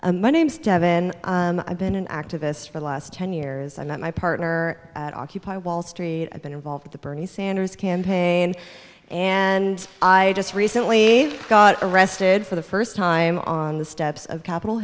man named kevin i've been an activist for the last ten years i met my partner at occupy wall street i've been involved in the bernie sanders camp a and and i just recently got arrested for the first time on the steps of capit